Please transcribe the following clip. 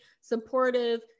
supportive